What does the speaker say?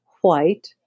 white